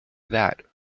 that